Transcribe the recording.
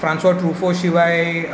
François ट्रुफोशिवाय